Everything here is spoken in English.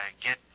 get